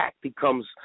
becomes